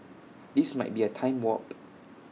this might be A time warp